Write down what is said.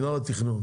מינהל התכנון,